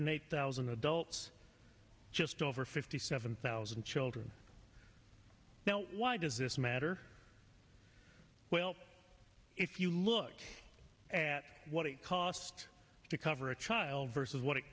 eight thousand adults just over fifty seven thousand children now why does this matter if you look at what it costs to cover a child versus what it